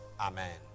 amen